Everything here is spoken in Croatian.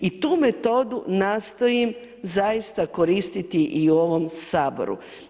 I tu metodu nastojim zaista koristiti i u ovom Saboru.